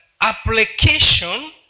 application